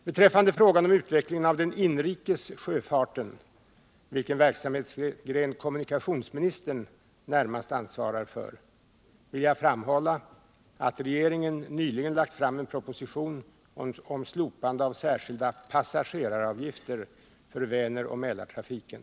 Beträffande frågan om utvecklingen av den inrikes sjöfarten — vilken verksamhetsgren kommunikationsministern närmast anvarar för — vill jag framhålla att regeringen nyligen lagt fram en proposition om slopande av särskilda passageavgifter för Väneroch Mälartrafiken.